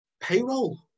payroll